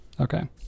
Okay